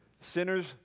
Sinners